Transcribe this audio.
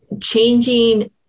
changing